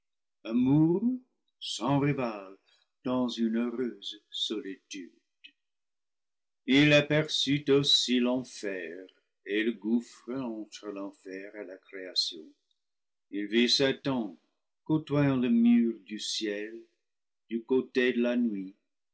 amour sans rival dans une heureuse solitude il aperçut aussi l'enfer et le gouffre entre l'enfer et la création il vit satan côtoyant le mur du ciel du côté de la nuit